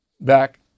Back